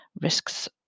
risks